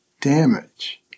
damage